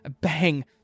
Bang